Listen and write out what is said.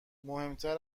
مهمتر